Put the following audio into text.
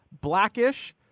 Blackish